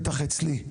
בטח אצלי.